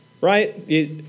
right